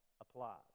applies